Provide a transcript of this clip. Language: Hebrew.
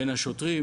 בין השוטרים.